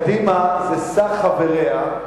קדימה זה סך חבריה,